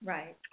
Right